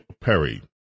Perry